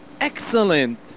Excellent